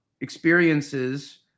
experiences